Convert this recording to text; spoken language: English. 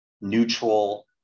neutral